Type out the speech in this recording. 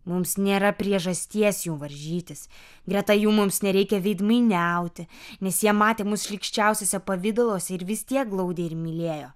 mums nėra priežasties jų varžytis greta jų mums nereikia veidmainiauti nes jie matė mus šlykščiausiuose pavidaluose ir vis tiek glaudė ir mylėjo